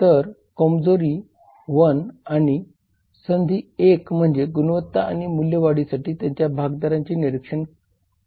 तर कमजोरी 1 आणि संधी 1 म्हणजे गुणवत्ता आणि मूल्य वाढीसाठी त्याच्या भागीदारांचे निरीक्षण करणे आवश्यक आहे